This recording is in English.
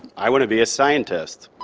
i want to be a scientist.